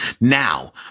Now